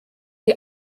die